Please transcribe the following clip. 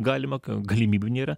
galima galimybių nėra